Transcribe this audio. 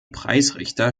preisrichter